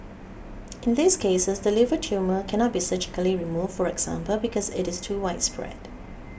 in these cases the liver tumour cannot be surgically removed for example because it is too widespread